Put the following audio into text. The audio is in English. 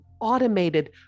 automated